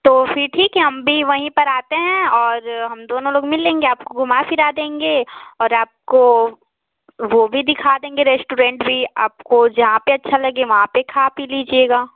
तो फिर ठीक है हम भी वहीं पर आते हैं और हम दोनों लोग मिल लेंगे आपको घूमा फिरा देंगे और आपको वो भी दिखा देंगे रेस्टोरेंट भी आपको जहाँ पर अच्छा लगे वहाँ पर खा पी लीजिएगा